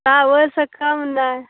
हँ आब ओहिसँ कम नहि